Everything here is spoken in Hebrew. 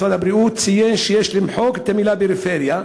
משרד הבריאות ציין שיש למחוק את המילה "פריפריה",